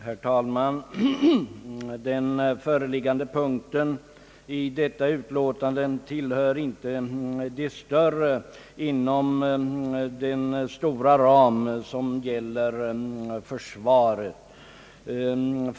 Herr talman! Den föreliggande punkten tillhör inte de större bland dem som gäller försvaret.